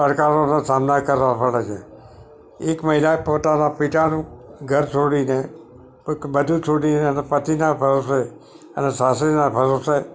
પડકારોનો સામનો કરવો પડે છે એક મહિલાએ પોતાના પિતાનું ઘર છોડીને બધું છોડીને એના પતિના ભરોસે અને સાસરીના ભરોસે